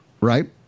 Right